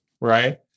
Right